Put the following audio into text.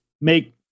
make